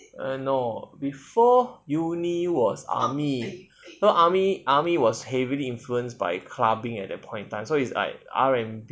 err no before uni was army so army army was heavily influenced by clubbing at that point in time so it's like R&B